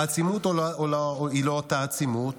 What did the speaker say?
העצימות היא לא אותה עצימות,